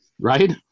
right